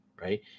right